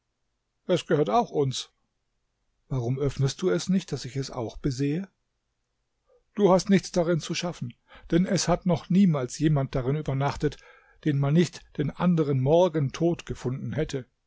es gehört auch uns warum öffnest du es nicht daß ich es auch besehe du hast nichts darin zu schaffen denn es hat noch niemals jemand darin übernachtet den man nicht den anderen morgen tot gefunden hätte